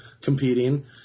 competing